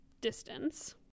distance